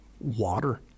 water